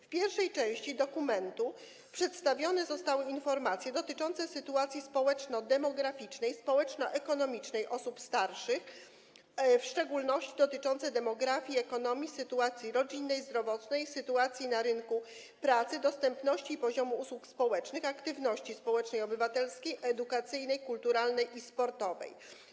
W pierwszej części dokumentu przedstawione zostały informacje dotyczące sytuacji społeczno-demograficznej, społeczno-ekonomicznej osób starszych, w szczególności dotyczące demografii i ekonomii, sytuacji rodzinnej, zdrowotnej, sytuacji na rynku pracy, dostępności i poziomu usług społecznych, aktywności społeczno-obywatelskiej, edukacyjnej, kulturalnej i sportowej.